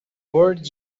word